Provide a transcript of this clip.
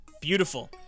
Beautiful